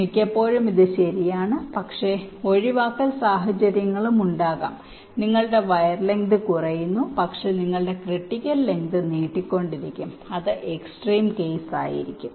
മിക്കപ്പോഴും ഇത് ശരിയാണ് പക്ഷേ ഒഴിവാക്കൽ സാഹചര്യങ്ങളുണ്ടാകാം നിങ്ങളുടെ വയർ ലെങ്ത് കുറയുന്നു പക്ഷേ നിങ്ങളുടെ ക്രിട്ടിക്കൽ ലെങ്ത് നീട്ടിക്കൊണ്ടിരിക്കും അത് എക്സ്ട്രീം കേസ് ആയിരിക്കും